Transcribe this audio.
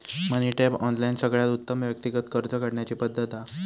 मनी tap, online सगळ्यात उत्तम व्यक्तिगत कर्ज काढण्याची पद्धत हा